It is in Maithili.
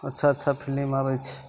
अच्छा अच्छा फिलिम आबै छै